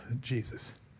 Jesus